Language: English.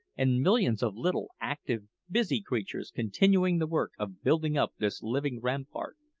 and millions of little, active, busy creatures continuing the work of building up this living rampart.